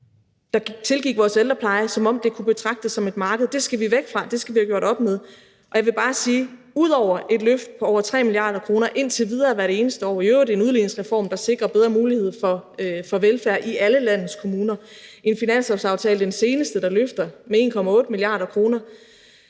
der tilgik vores ældrepleje, som om det kunne betragtes som et marked. Det skal vi væk fra; det skal vi have gjort op med. Og jeg vil bare sige, at ud over et løft på over 3 mia. kr. indtil videre hvert eneste år, i øvrigt en udligningsreform, der sikrer bedre muligheder for velfærd i alle landets kommuner, er der en finanslovsaftale, den seneste, der løfter med 1,8 mia. kr.